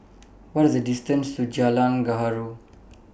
What IS The distance to Jalan Gaharu